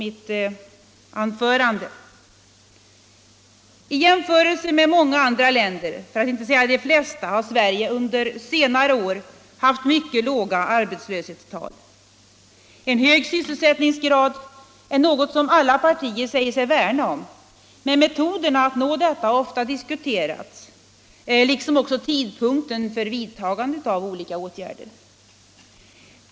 I jämförelse med många andra länder, för att inte säga de flesta, har Sverige under senare år haft mycket låga arbetslöshetstal. En hög sysselsättningsgrad är något som alla partier säger sig värna om, men metoderna att nå detta mål har ofta diskuterats liksom tidpunkten för vidtagandet av olika åtgärder.